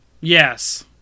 Yes